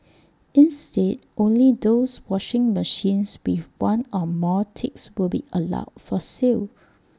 instead only those washing machines with one or more ticks will be allowed for sale